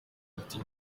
ati